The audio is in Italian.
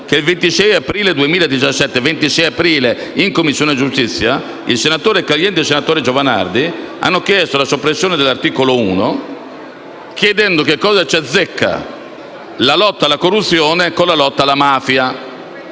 che il 26 aprile 2017, in Commissione giustizia, i senatori Caliendo e Giovanardi hanno chiesto la soppressione dell'articolo 1, chiedendo cosa c'entrasse la lotta alla corruzione con la lotta alla mafia,